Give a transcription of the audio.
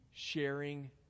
Sharing